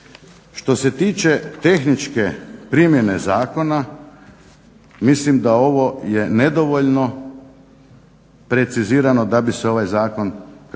Što se tiče tehničke primjene zakona, mislim da ovo je nedovoljno precizirano da bi se ovaj zakon kao